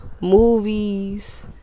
movies